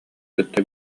кытта